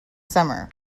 summer